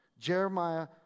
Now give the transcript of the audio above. Jeremiah